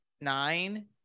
nine